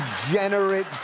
degenerate